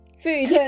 food